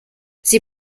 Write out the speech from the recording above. sie